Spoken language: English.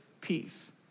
peace